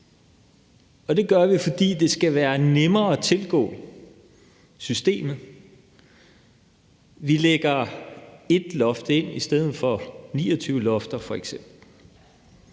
og det gør vi, fordi det skal være nemmere at tilgå systemet. Vi lægger 1 loft ind i stedet for f.eks.